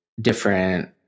different